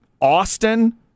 Austin